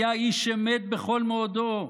היה איש אמת בכל מאודו,